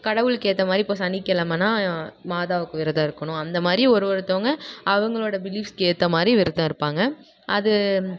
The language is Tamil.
கடவுளுக்கு ஏற்ற மாதிரி இப்போ சனிக்கெழமைனா மாதாவுக்கு விரதம் இருக்கணும் அந்தமாதிரி ஒரு ஒருத்தங்க அவங்களோட பிலீஃவ்ஸுக்கு ஏற்ற மாதிரி விரதம் இருப்பாங்க அது